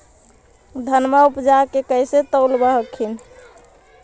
धनमा उपजाके कैसे तौलब हखिन?